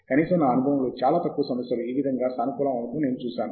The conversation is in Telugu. కనీసం నా అనుభవంలో చాలా తక్కువ సమస్యలు ఆ విధంగా సానుకూలము అవ్వటం నేను చూశాను